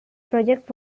project